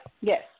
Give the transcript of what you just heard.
Yes